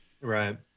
Right